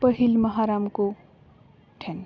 ᱯᱟᱹᱦᱤᱞ ᱢᱟ ᱦᱟᱨᱟᱢ ᱠᱚ ᱴᱷᱮᱱ